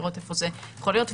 לראות איפה זה יכול להיות.